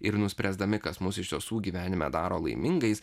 ir nuspręsdami kas mus iš tiesų gyvenime daro laimingais